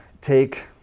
take